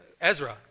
Ezra